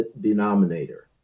denominator